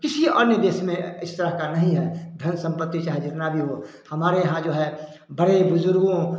किसी अन्य देश में इस तरह का नहीं है धन संपत्ति जितना भी हो हमारे यहाँ है बड़े बुजुर्गों